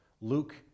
Luke